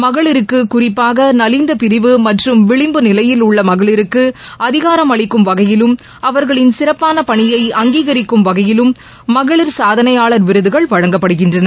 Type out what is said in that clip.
மகளிருக்கு குறிப்பாக நலிந்த பிரிவு மற்றும் விளிம்பு நிலையில் உள்ள மகளிருக்கு அதிகாரம் அளிக்கும் வகையிலும் அவர்களின் சிறப்பாள பணியை அங்கீகாரிக்கும் வகையிலும் மகளிர் சாதனையாளர் விருதுகள் வழங்கப்படுகின்றன